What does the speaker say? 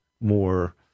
more